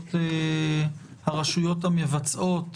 הרשויות המבצעות,